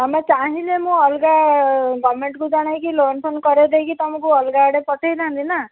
ତମେ ଚାହିଁଲେ ମୁଁ ଅଲଗା ଗଭର୍ଣ୍ଣମେଣ୍ଟକୁ ଜଣେଇକି ଲୋନ୍ ଫୋନ୍ କରେଇ ଦେଇକି ତମକୁ ଅଲଗା ଆଡ଼େ ପଠେଇଥାନ୍ତି ନା